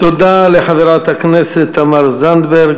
תודה לחברת הכנסת תמר זנדברג.